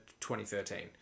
2013